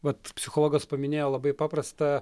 vat psichologas paminėjo labai paprastą